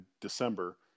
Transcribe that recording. December